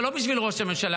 צדק זה לא בשביל ראש הממשלה,